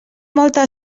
molta